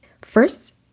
First